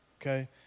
Okay